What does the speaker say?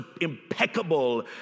impeccable